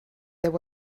there